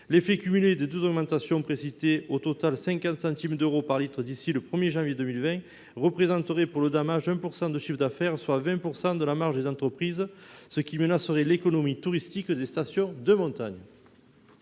L'effet cumulé des deux augmentations précitées, au total 50 centimes d'euros par litre d'ici au 1 janvier 2020, représenterait, pour le damage, 1 % du chiffre d'affaires, soit 20 % de la marge des entreprises, ce qui menacerait l'économie touristique des stations de montagne.